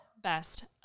best